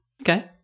Okay